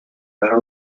veure